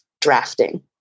drafting